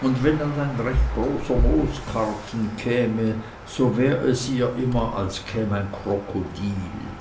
und wenn dann ein großer mooskarpfen käme so wär es ihr immer als käm ein krokodil